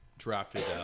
Drafted